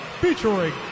featuring